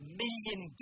million